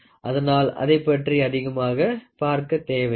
அதனால் அதைப் பற்றி அதிகமாக பார்க்க தேவையில்லை